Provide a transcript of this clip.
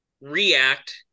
react